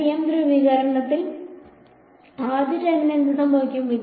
TM ധ്രുവീകരണങ്ങൾ ആദ്യ ടേമിന് എന്ത് സംഭവിക്കും